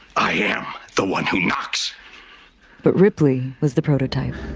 i am the one who knocks but ripley was the prototype.